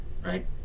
right